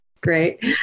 Great